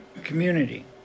community